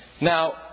Now